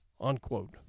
unquote